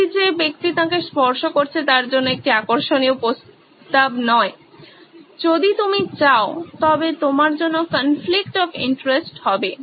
এটি যে ব্যক্তি তাঁকে স্পর্শ করছে তার জন্য একটি আকর্ষণীয় প্রস্তাব নয় যদি তুমি চাও তবে তোমার জন্য কনফ্লিকট অফ ইন্টারেস্ট হবে